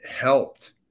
helped